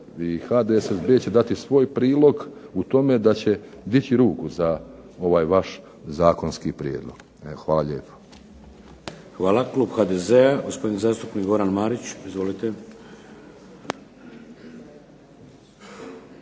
HDSSB će dati svoj prilog u tome da će dići ruku za ovaj vaš zakonski prijedlog. Hvala lijepo. **Šeks, Vladimir (HDZ)** Hvala. Klub HDZ-a gospodin zastupnik Goran Marić. Izvolite.